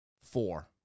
four